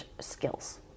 skills